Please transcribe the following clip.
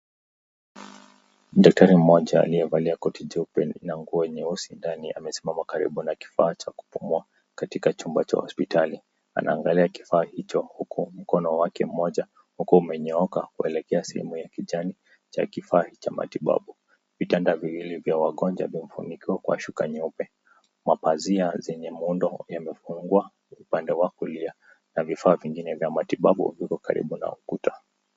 Daktari mmoja aliyevaa koti jeupe na nguo nyeusi ndani amesimama karibu na kifaa cha kupumua katika chumba cha hospitali. Anaangalia kifaa hicho huku mkono wake mmoja ukiwa umenyooka kuelekea sehemu ya kijani cha kifaa hicho cha matibabu. Vitanda viwili vya wagonjwa vimefunikwa kwa shuka nyeupe. Mapazia yenye muundo yamefungwa upande wa kulia na vifaa vingine vya matibabu viko karibu na ukuta.